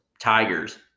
Tigers